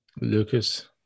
Lucas